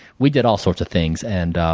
we did all sorts of things and